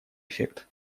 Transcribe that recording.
эффект